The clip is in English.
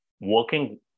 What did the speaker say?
working